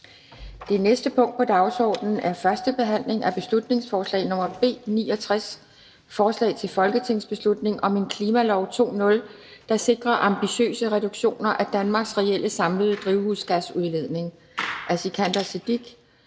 Det næste punkt på dagsordenen er: 6) 1. behandling af beslutningsforslag nr. B 69: Forslag til folketingsbeslutning om en klimalov 2.0, der sikrer ambitiøse reduktioner af Danmarks reelle samlede drivhusgasudledning.